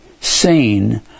seen